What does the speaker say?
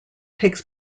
takes